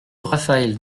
raphaël